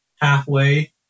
halfway